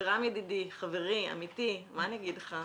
רם ידידי, חברי, עמיתי, מה אני אגיד לך?